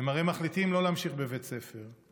הם הרי מחליטים לא להמשיך בבית הספר,